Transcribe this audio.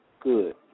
Good